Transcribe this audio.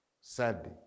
sadly